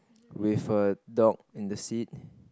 with a dog in the seat